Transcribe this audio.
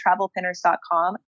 travelpinners.com